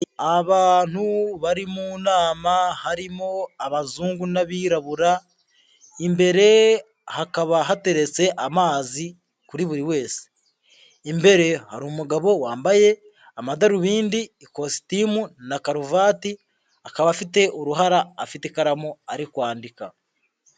Abantu bari mu nama harimo abazungu n'abirabura, imbere hakaba hateretse amazi kuri buri wese, imbere hari umugabo wambaye amadarubindi, ikositimu na karuvati, akaba afite uruhara afite ikaramu ari kwandika.